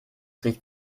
riecht